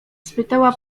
spytała